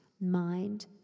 mind